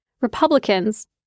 Republicans